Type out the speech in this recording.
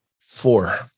four